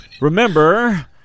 Remember